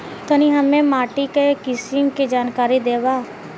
तनि हमें माटी के किसीम के जानकारी देबा?